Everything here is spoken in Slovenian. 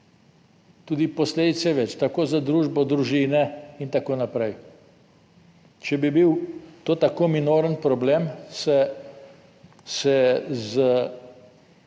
Tudi posledic je več, tako za družbo, družine in tako naprej. Če bi bil to tako minoren problem, se z